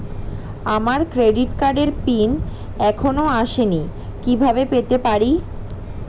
আমার ক্রেডিট কার্ডের পিন এখনো আসেনি কিভাবে পেতে পারি?